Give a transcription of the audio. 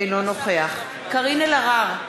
אינו נוכח קארין אלהרר,